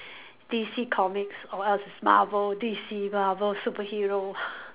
D_C comics or else it's Marvel D_C Marvel superhero